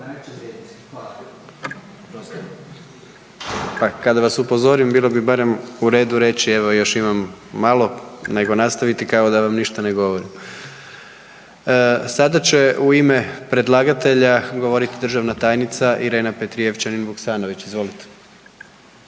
Kada vas upozorim bilo bi barem u redu reći evo još imam malo nego nastaviti kao da vam ništa ne govorim. Sada će u ime predlagatelja govoriti državna tajnica Irena Petrijevčanin Vuksanović, izvolite.